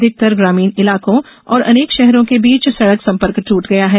अधिकतर ग्रामीण इलाकों और अनेक शहरों के बीच भी सड़क संपर्क ट्रट गया है